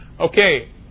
Okay